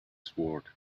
sword